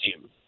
team